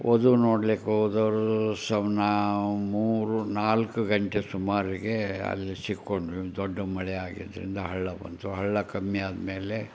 ವಧು ನೋಡಲಿಕ್ಕೋದವ್ರು ಸ್ ನಾವು ಮೂರು ನಾಲ್ಕು ಗಂಟೆ ಸುಮಾರಿಗೆ ಅಲ್ಲಿ ಸಿಕ್ಕೊಂಡ್ವಿ ಒಂದು ದೊಡ್ಡ ಮಳೆ ಆಗಿದ್ದರಿಂದ ಹಳ್ಳ ಬಂತು ಹಳ್ಳ ಕಮ್ಮಿ ಆದ್ಮೇಲೆ